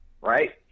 right